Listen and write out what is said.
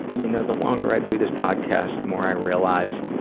you know, the longer i do this podcast, the more i realize,